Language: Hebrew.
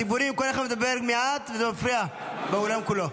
הדיבורים, כל אחד מדבר מעט, וזה מפריע באולם כולו.